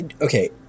Okay